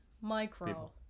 micro